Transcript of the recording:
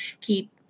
keep